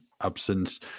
absence